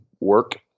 work